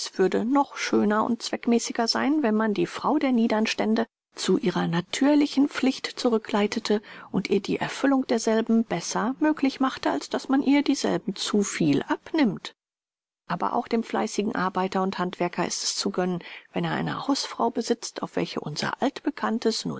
würde noch schöner und zweckmäßiger sein wenn man die frau der niedern stände zu ihrer natürlichen pflicht zurückleitete und ihr die erfüllung derselben besser möglich machte als daß man ihr dieselbe zu viel abnimmt aber auch dem fleißigen arbeiter und handwerker ist es zu gönnen wenn er eine hausfrau besitzt auf welche unser altbekanntes